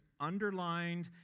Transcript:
underlined